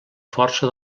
força